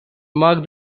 marked